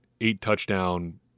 eight-touchdown